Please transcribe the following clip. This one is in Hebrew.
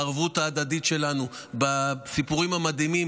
בערבות ההדדית שלנו ובסיפורים המדהימים